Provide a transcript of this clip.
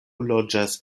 loĝas